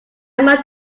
must